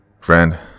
Friend